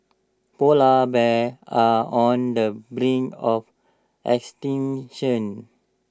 Polar Bears are on the brink of extinction